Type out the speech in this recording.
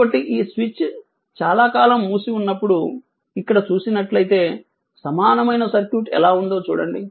కాబట్టి ఈ స్విచ్ కాలం మూసి ఉన్నప్పుడు ఇక్కడ చూసినట్లయితే సమానమైన సర్క్యూట్ ఎలా ఉందో చూడండి